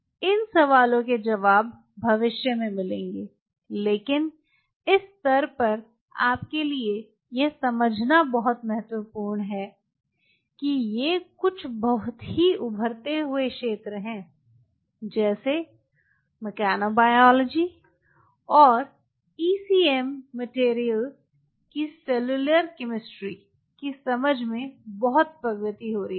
इन सवालों के जवाब भविष्य में मिलेंगे लेकिन इस स्तर पर आपके लिए यह समझना बहुत महत्वपूर्ण है कि ये कुछ बहुत ही उभरते हुए क्षेत्र हैं जैसे मैकेनोबायोलॉजी और ईसीएम मटेरियल की सेल्युलर केमिस्ट्री की समझ में बहुत प्रगति हो रही है